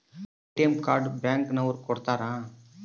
ATM card bank ನವರು ಕೊಡ್ತಾರ